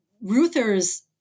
Ruther's